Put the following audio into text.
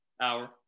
hour